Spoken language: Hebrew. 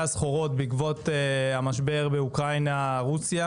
הסחורות בעקבות המשבר באוקראינה-רוסיה,